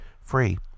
free